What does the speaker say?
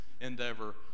endeavor